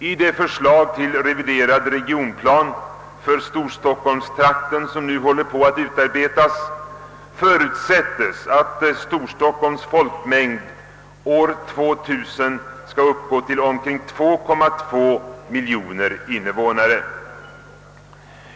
I det förslag till reviderad regionplan för storstockholmstrakten, som nu är under utarbetande, förutsätts att Storstockholms folkmängd år 2000 skall uppgå till omkring 2,2 miljoner invå nare.